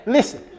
Listen